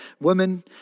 women